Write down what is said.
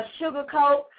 sugarcoat